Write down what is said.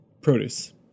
produce